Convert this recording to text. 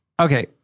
okay